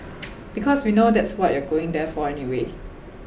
because we know that's what you're going there for anyway